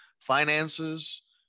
finances